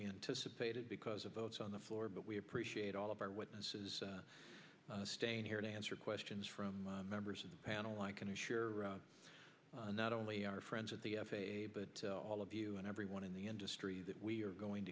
we anticipated because of votes on the floor but we appreciate all of our witnesses staying here to answer questions from members of the panel i can assure not only our friends at the f a a but all of you and everyone in the industry that we are going